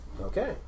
Okay